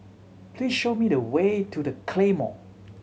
please show me the way to The Claymore